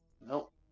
Nope